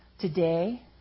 today